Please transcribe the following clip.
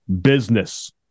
business